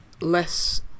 less